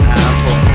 asshole